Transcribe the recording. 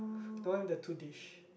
the one with the two dish